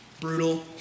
brutal